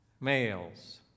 males